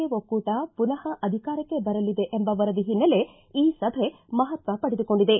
A ಒಕ್ಕೂಟ ಪುನ ಅಧಿಕಾರಕ್ಷೆ ಬರಲಿದೆ ಎಂಬ ವರದಿ ಹಿನ್ನೆಲೆ ಈ ಸಭೆ ಮಹತ್ವ ಪಡೆದುಕೊಂಡಿದೆ